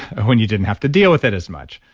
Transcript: when you didn't have to deal with it as much.